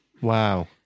Wow